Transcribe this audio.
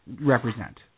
represent